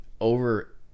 over